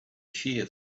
shear